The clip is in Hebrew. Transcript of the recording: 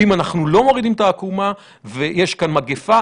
ואם אנחנו לא מורידים את העקומה ויש כאן מגפה,